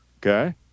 Okay